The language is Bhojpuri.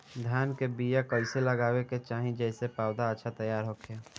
धान के बीया कइसे लगावे के चाही जेसे पौधा अच्छा तैयार होखे?